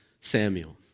Samuel